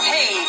Hey